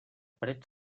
parets